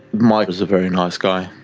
michael is a very nice guy